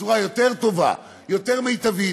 בצורה יותר טובה, יותר מיטבית.